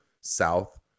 south